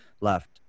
left